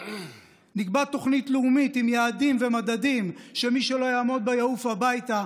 נקבע תוכנית לאומית עם יעדים ומדדים שמי שלא יעמוד בה יעוף הביתה,